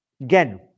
Again